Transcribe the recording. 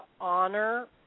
honor